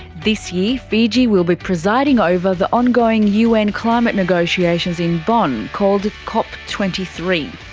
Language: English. this year fiji will be presiding over the ongoing un climate negotiations in bonn, called cop twenty three.